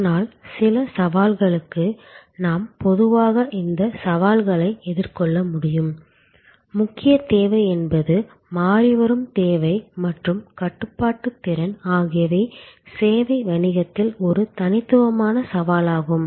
ஆனால் சில சவால்களுக்கு நாம் பொதுவாக இந்த சவால்களை எதிர்கொள்ள முடியும் முக்கிய தேவை என்பது மாறிவரும் தேவை மற்றும் கட்டுப்பாட்டு திறன் ஆகியவை சேவை வணிகத்தில் ஒரு தனித்துவமான சவாலாகும்